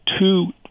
two –